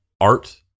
art